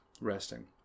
resting